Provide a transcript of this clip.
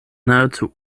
nahezu